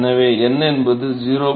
எனவே n என்பது 0